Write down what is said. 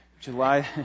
July